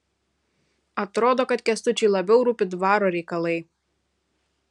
atrodo kad kęstučiui labiau rūpi dvaro reikalai